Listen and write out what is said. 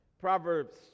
Proverbs